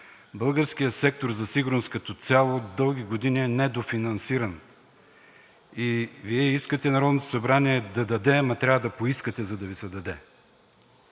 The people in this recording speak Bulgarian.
българският сектор „Сигурност“ като цяло, дълги години е недофинансиран и Вие искате Народното събрание да даде, но трябва да поискате, за да Ви се даде.